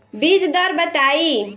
बीज दर बताई?